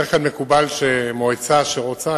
בדרך כלל מקובל שמועצה שרוצה,